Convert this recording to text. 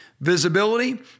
Visibility